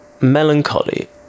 melancholy